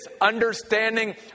understanding